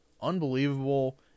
unbelievable